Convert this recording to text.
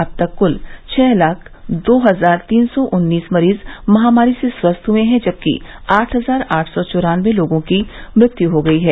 अब तक कुल छः लाख दो हजार तीन सौ उन्नीस मरीज महामारी से स्वस्थ हुए हैं जबकि आठ हजार आठ सौ चौरानबे लोगों की मृत्यु हुयी है